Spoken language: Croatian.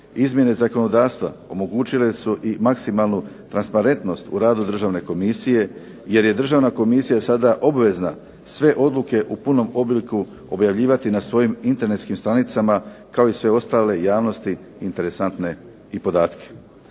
izmjene zakonodavstva omogućile su i maksimalnu transparentnost u radu Državne komisije, jer je Državna komisija sada obvezna sve odluke u punom obliku objavljivati na svojim internetskim stranicama kao i sve ostale javnosti interesantne i podatke.